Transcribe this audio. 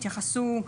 התייחסו,